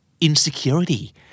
insecurity